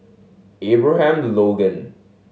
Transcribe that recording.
Abraham Logan